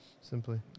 simply